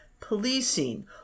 policing